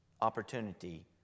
Opportunity